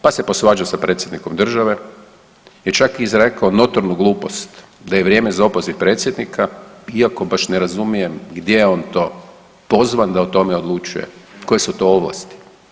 Pa se posvađao sa predsjednikom države i čak izrekao notornu glupost da je vrijeme za opoziv predsjednika iako baš ne razumijem gdje je on to pozvan da o tome odlučuje, koje su to ovlasti.